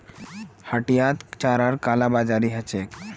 हटियात चारार कालाबाजारी ह छेक